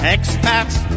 Expats